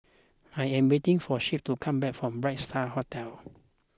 I am waiting for Shep to come back from Bright Star Hotel